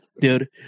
Dude